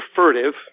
furtive